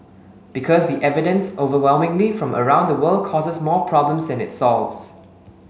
because the evidence overwhelmingly from around the world causes more problems than it solves